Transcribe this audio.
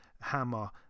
Hammer